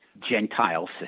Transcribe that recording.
Gentile